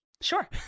Sure